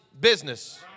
business